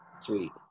sweet